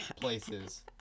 places